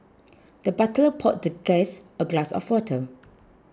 the butler poured the guest a glass of water